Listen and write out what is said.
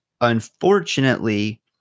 unfortunately